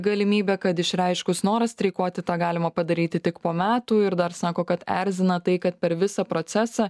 galimybė kad išreiškus norą streikuoti tą galima padaryti tik po metų ir dar sako kad erzina tai kad per visą procesą